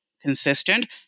consistent